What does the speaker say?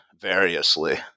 variously